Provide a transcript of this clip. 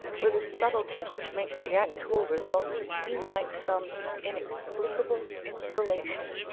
with a subtlety which makes the actual result seem like some inexplicable inspiration.